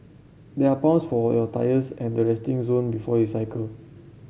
there are pumps for your tyres at the resting zone before you cycle